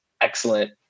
excellent